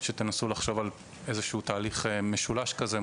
אז כדאי שתנסו לחשוב על איזה שהוא תהליך משולש כזה,